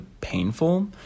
painful